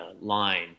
line